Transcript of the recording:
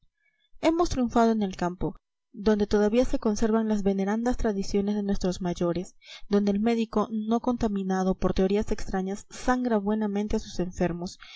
hemos triunfado en el campo donde todavía se conservan las venerandas tradiciones de nuestros mayores donde el médico no contaminado por teorías extrañas sangra buenamente a sus enfermos